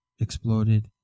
exploded